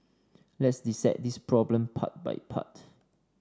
let's dissect this problem part by part